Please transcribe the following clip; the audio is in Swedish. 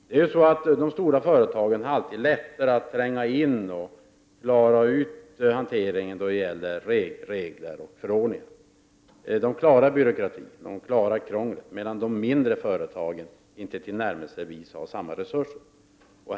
De stora företagen har alltid lättare att tränga in i och föra ut hanteringen av regler och förordningar. De klarar byråkratin och krånglet, medan de mindre företagen inte tillnärmelsevis har samma resurser.